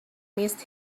missed